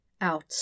Out